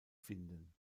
finden